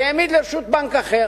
העמיד לרשות בנק אחר,